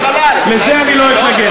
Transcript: אתה שר החלל, לזה אני לא אתנגד.